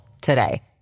today